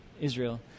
Israel